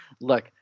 look